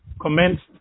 commenced